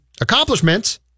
accomplishments